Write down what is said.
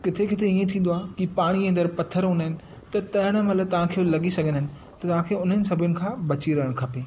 किथे किथे ईअं थींदो आहे की पाणीअ जे अंदरि पथर हूंदा आहिनि त तरण महिल तव्हांखे उहो लॻी सघंदा आहिनि त तव्हांखे हुननि सभिनि खां बची रहण खपे